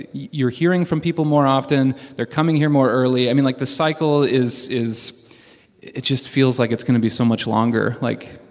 you're hearing from people more often, they're coming here more early. i mean, like, the cycle is is it just feels like it's going to be so much longer. like,